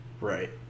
Right